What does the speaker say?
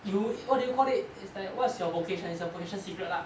you what do you call it is like what's your vocation is a vocation secret lah